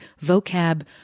vocab